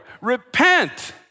Repent